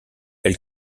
elle